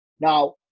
Now